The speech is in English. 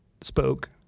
spoke